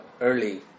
early